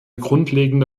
grundlegende